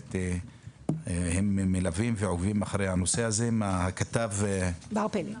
שבאמת הם מלווים ועוקבים אחרי הנושא הזה עם הכתב בר פלג.